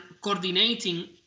coordinating